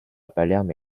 palerme